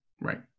right